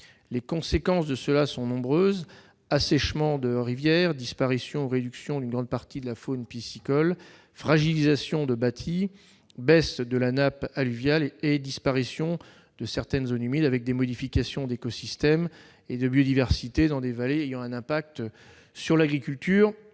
Les conséquences d'une telle décision sont nombreuses : assèchement de rivières, disparition ou réduction d'une grande partie de la faune piscicole, fragilisation de bâtis, baisse de la nappe alluviale et disparition de certaines zones humides, avec des modifications d'écosystèmes et de biodiversité dans les vallées ayant un impact sur l'agriculture